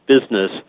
business